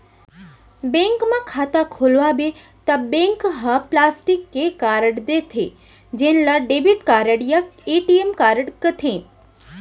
bank म खाता खोलवाबे त बैंक ह प्लास्टिक के कारड देथे जेन ल डेबिट कारड या ए.टी.एम कारड कथें